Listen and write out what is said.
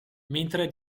mentre